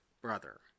brother